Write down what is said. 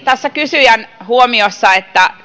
tässä kysyjän huomiossa todettiin että